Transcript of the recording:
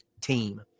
team